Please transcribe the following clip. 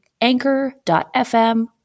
anchor.fm